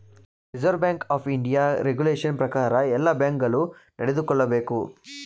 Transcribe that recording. reserve bank of India regulation ಪ್ರಕಾರ ಎಲ್ಲ bank ಗಳು ನಡೆದುಕೊಳ್ಳಬೇಕು